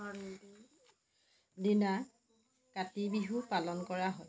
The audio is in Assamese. দিনা কাতি বিহু পালন কৰা হয়